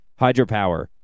hydropower